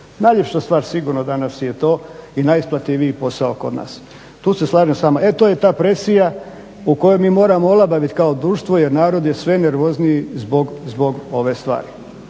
Najljepša stvar sigurno danas je to i najisplatljiviji posao kod nas. Tu se slažem s vama. E to je ta presija u kojoj mi moramo olabavit kao društvo jer narod je sve nervozniji zbog ove stvari,